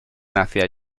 hacia